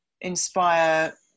inspire